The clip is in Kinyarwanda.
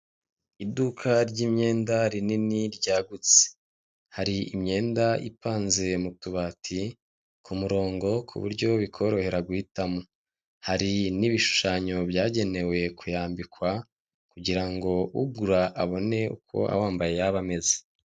Iduka ry'imyenda rinini ryagutse, hari imyenda ipanze mu tubati ku murongo ku buryo bikorohera guhitamo, hari n'ibishushanyo byagenewe kuyambikwa kugira ngo ngo ugura abone uko awambaye yaba ameze.